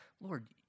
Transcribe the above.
Lord